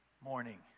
Morning